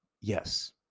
yes